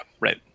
right